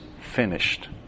finished